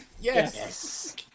Yes